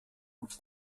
und